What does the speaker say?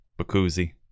bakuzi